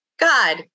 God